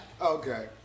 Okay